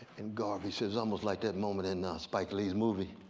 and garvey says, almost like that moment in spike lee's movie,